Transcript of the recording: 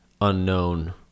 unknown